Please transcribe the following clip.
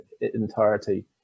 entirety